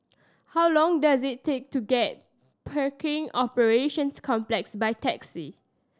how long does it take to get Pickering Operations Complex by taxi